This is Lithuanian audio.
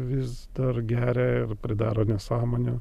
vis dar geria ir pridaro nesąmonių